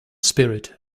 spirit